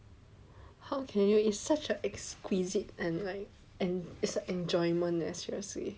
how can you is such an exquisite and like and it's like an enjoyment eh seriously